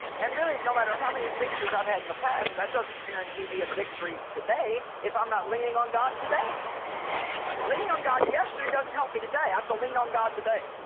and really no matter how many victories i've had in the past that doesn't guarantee me a victory today if i'm not leaning on god today lean on god yesterday doesn't help me today. i have to lean on god today